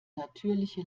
natürliche